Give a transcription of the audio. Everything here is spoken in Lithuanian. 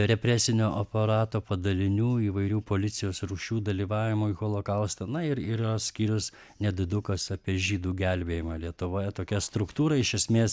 represinio aparato padalinių įvairių policijos rūšių dalyvavimui holokauste na ir yra skyrius nedidukas apie žydų gelbėjimą lietuvoje tokia struktūra iš esmės